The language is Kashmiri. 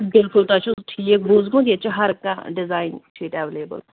بلکُل تۄہہِ چھُو ٹھیٖک بوٗزمُت ییٚتہِ چھُ ہر کانٛہہ ڈِزاین چھُ ییٚتہِ ایٚویلیبُل